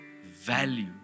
value